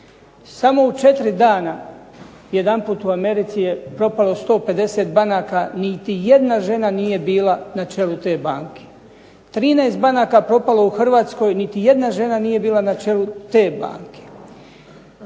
Samo u 4 dana jedanput u Americi je propalo 150 banaka, niti jedna žena nije bila na čelu te banke. 13 banaka je propalo u Hrvatskoj niti jedna žena nije bila na čelu te banke.